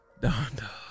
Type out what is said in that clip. Donda